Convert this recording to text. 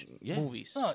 movies